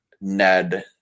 Ned